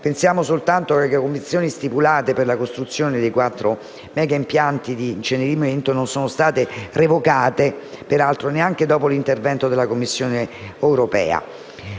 Pensiamo soltanto alle convenzioni stipulate per la costruzione dei quattro megaimpianti di incenerimento, che non sono state revocate neanche dopo l'intervento della Commissione europea.